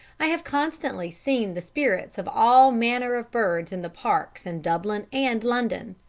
i have constantly seen the spirits of all manner of birds in the parks in dublin and london.